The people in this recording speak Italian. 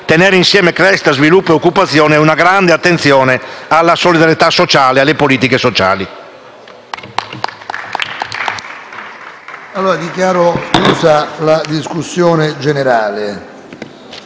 Tenere insieme crescita, sviluppo e occupazione vuol dire prestare grande attenzione alla solidarietà sociale e alle politiche sociali.